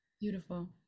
beautiful